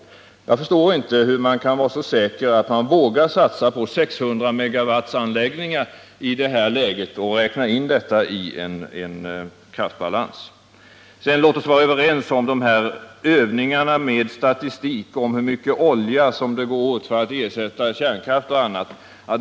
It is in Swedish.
Men jag förstår inte hur man kan vara så säker att man vågar satsa på 600 MW-anläggningar i det läget och räkna med detta i en kraftbalans. Låt oss sedan vara överens i de här övningarna med statistik om hur mycket olja som går åt för att ersätta kärnkraft och annat.